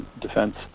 defense